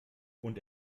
und